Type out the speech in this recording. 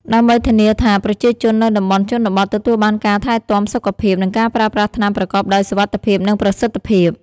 ដើម្បីធានាថាប្រជាជននៅតំបន់ជនបទទទួលបានការថែទាំសុខភាព និងការប្រើប្រាស់ថ្នាំប្រកបដោយសុវត្ថិភាព និងប្រសិទ្ធភាព។